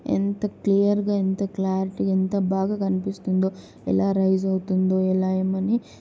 ఎంత క్లియర్గా ఎంత క్లారిటీ ఎంత బాగా కనిపిస్తుందో ఎలా రైజ్ అవుతుందో ఎలా ఏమని